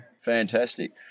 fantastic